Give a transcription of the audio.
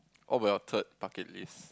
oh well third bucket list